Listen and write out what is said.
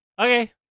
okay